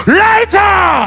later